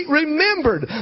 remembered